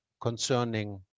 concerning